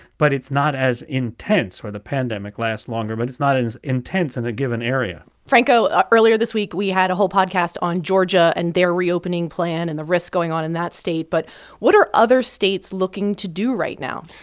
but it's not as intense. or the pandemic lasts longer but it's not as intense in and a given area franco, earlier this week, we had a whole podcast on georgia and their reopening plan and the risk going on in that state, but what are other states looking to do right now?